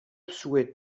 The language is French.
souhaite